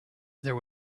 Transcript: there